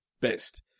Best